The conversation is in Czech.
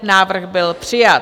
Návrh byl přijat.